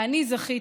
ואני זכיתי,